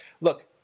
Look